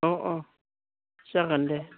अ अ जागोन दे